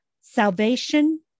salvation